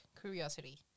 curiosity